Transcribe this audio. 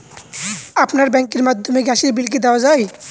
আপনার ব্যাংকের মাধ্যমে গ্যাসের বিল কি দেওয়া য়ায়?